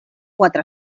quatre